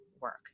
work